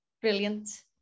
brilliant